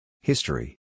History